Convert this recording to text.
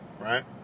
right